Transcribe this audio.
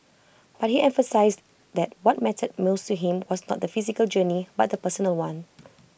but he emphasised that what mattered most to him was not the physical journey but the personal one